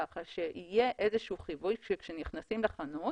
כך שיהיה איזשהו חיווי כאשר נכנסים לחנות